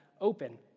open